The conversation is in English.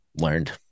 learned